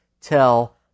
tell